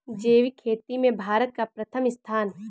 जैविक खेती में भारत का प्रथम स्थान